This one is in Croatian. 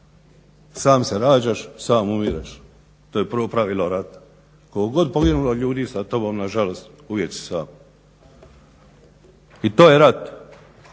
Sam se rađaš, sam se umireš. To je prvo pravilo rata, koliko god poginulo ljudi sa tobom nažalost uvijek si sam. I to je rat,